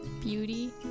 Beauty